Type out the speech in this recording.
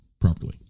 properly